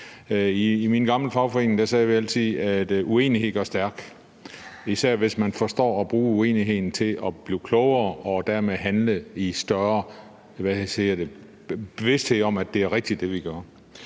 I min gamle fagforening sagde vi altid, at uenighed gør stærk, især hvis man forstår at bruge uenigheden til at blive klogere og dermed handle i større bevidsthed om, at det, vi gør, er rigtigt. Men vi har